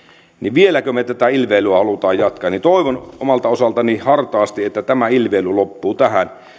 vieläkö me tätä ilveilyä haluamme jatkaa toivon omalta osaltani hartaasti että tämä ilveily loppuu tähän